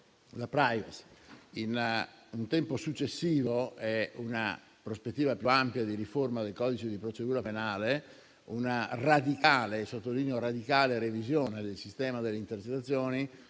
*privacy.* In un tempo successivo, in una prospettiva più ampia di riforma del codice di procedura penale, si procederà a una radicale - e sottolineo radicale - revisione del sistema delle intercettazioni